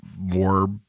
More